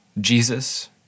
Jesus